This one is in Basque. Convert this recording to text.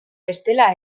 bestela